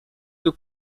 too